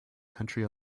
country